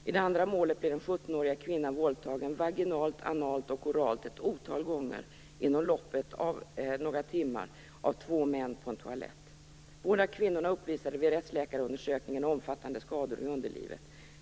I det andra målet blev den sjuttonåriga kvinnan våldtagen vaginalt, analt och oralt ett otal gånger inom loppet av några timmar av två män på en toalett. Båda kvinnorna uppvisade vid rättläkarundersökningen omfattande skador i underlivet.